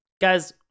Guys